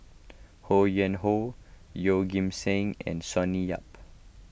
Ho Yuen Hoe Yeoh Ghim Seng and Sonny Yap